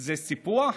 זה סיפוח,